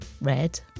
red